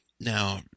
Now